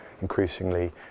increasingly